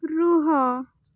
ରୁହ